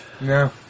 No